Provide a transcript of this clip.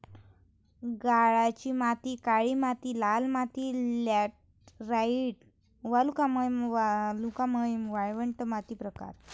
गाळाची माती काळी माती लाल माती लॅटराइट वालुकामय वालुकामय वाळवंट माती प्रकार